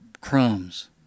crumbs